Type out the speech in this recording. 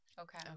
Okay